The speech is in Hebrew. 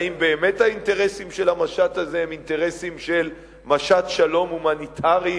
האם באמת האינטרסים של המשט הזה הם אינטרסים של משט שלום הומניטרי,